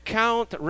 count